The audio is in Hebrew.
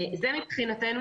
מבחינתנו